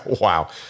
Wow